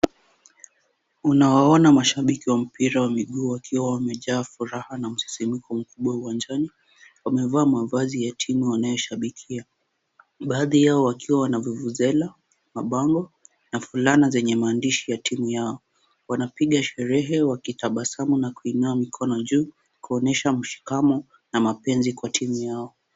Unawaona mashabiki wa mpira wa miguu wakiwa wamejaa furaha na msisimko mkubwa uwanjani. Wamevaa mavazi ya timu wanayoshabikia, baadhi yao wakiwa na vuvuzela, mabango na fulana zenye maandishi ya timu yao. Wanapiga sherehe wakitabasamu na kuinua mikono juu kuonyesha mshikamo na mapenzi kwa timu zao.